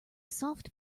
soft